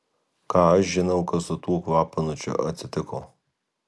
ką aš žinau kas su tuo klapanu čia atsitiko